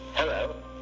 Hello